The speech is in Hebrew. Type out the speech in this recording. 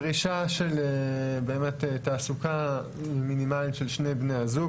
צעד של דרישה של באמת תעסוקה מינימלית של שני בני הזוג,